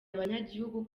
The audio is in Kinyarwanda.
abanyagihugu